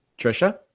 Trisha